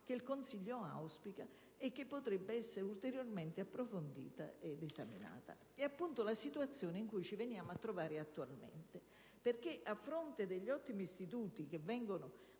il Consiglio auspica e che potrebbe essere ulteriormente esaminata e approfondita. È appunto la situazione in cui ci troviamo attualmente perché, a fronte degli ottimi istituti che vengono